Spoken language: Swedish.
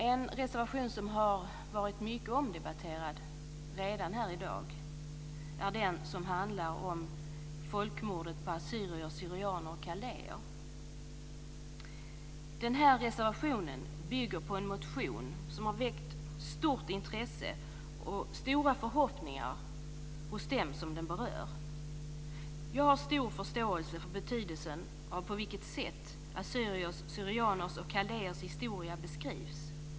En reservation som redan blivit mycket omdebatterad här i dag är den som handlar om folkmordet på assyrier syrianers och kaldéers historia beskrivs.